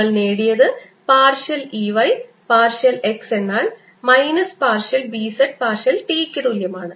നമ്മൾ നേടിയത് partial E y partial x എന്നാൽ മൈനസ് പാർഷ്യൽ B z പാർഷ്യൽ t ക്ക് തുല്യമാണ്